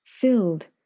filled